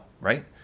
right